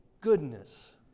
goodness